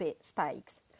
spikes